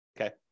okay